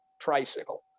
tricycle